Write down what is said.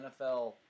NFL